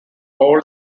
all